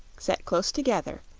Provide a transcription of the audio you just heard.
set close together,